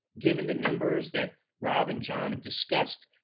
given the numbers that rob and john have discussed,